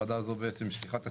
הוועדה הזו היא בעצם שליחת הציבור,